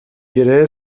گره